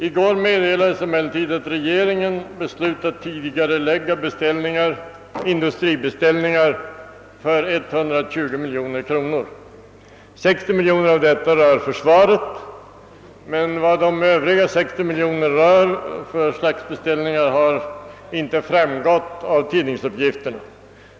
I går meddelades emellertid att regeringen beslutat tidigarelägga industribeställningar för 120 miljoner kronor. Av dessa rör 60 miljoner kronor försvaret, men vad slags beställningar de övriga 60 miljonerna avser har inte framgått av tidningsuppgifterna.